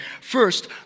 First